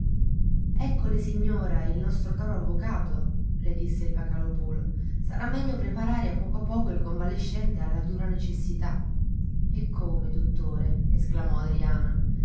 lei eccole signora il nostro caro avvocato le disse il vocalòpulo sarà meglio preparare a poco a poco il convalescente alla dura necessità e come dottore esclamò adriana